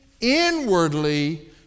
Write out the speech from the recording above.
inwardly